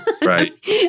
Right